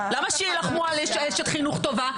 למה שיילחמו על אשת חינוך טובה?